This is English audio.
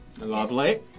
Lovely